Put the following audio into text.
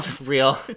real